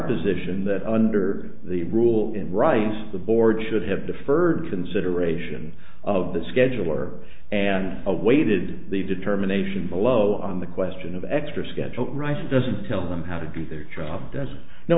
position that under the rule in rice the board should have deferred consideration of the scheduler and awaited the determination below on the question of extra schedule rice doesn't tell them how to do their job does no